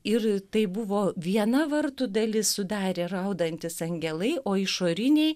ir tai buvo viena vartų dalis sudarė raudantys angelai o išoriniai